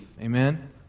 Amen